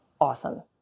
Awesome